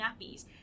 nappies